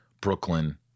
Brooklyn